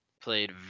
played